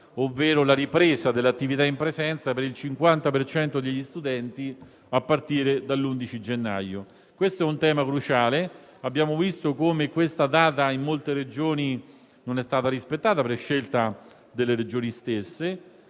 ovvero la ripresa dell'attività in presenza per il 50 per cento degli studenti a partire dall'11 gennaio. Questo è un tema cruciale. Abbiamo visto come tale data in molte Regioni non è stata rispettata per scelta delle Regioni stesse.